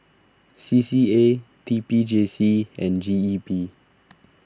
C C A T P J C and G E P